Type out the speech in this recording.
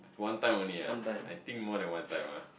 one time only ah I think more than one time ah